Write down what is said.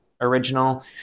original